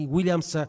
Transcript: Williams